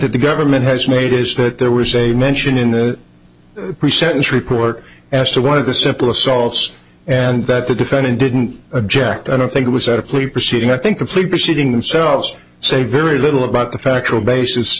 that the government has made is that there was a mention in the pre sentence report as to one of the simple assaults and that the defendant didn't object i don't think it was a plea proceeding i think the plea proceeding themselves say very little about the factual basis